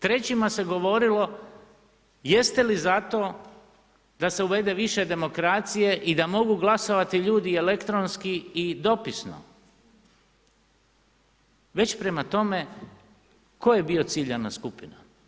Trećima se govorilo jeste li zato da se uvede više demokracije i da mogu glasovati ljudi elektronski i dopisno već prema tome tko je bio ciljana skupina.